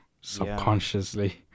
subconsciously